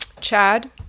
Chad